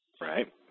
Right